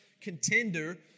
contender